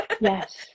yes